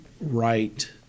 right